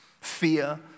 fear